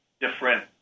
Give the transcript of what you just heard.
different